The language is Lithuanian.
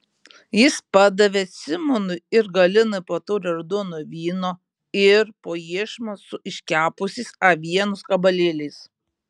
jis padavė simonui ir galinai po taurę raudono vyno ir po iešmą su iškepusiais avienos gabalėliais